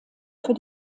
für